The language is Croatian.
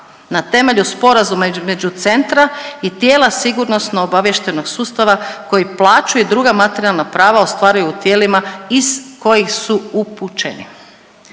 na temelju sporama između centra i tijela sigurnosno obavještajnog sustava koji plaću i druga materijalna prava ostvaruju u tijelima iz kojih su upućeni.